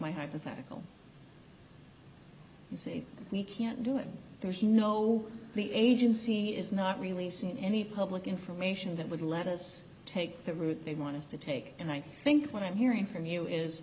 my hypothetical you see we can't do it there's you know the agency is not releasing any public information that would let us take the route they want to take and i think what i'm hearing from you is